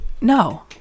no